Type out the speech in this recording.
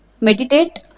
Meditate